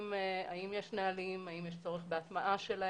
האם יש נהלים, האם יש צורך בהטמעה שלהם,